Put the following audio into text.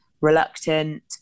reluctant